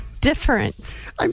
different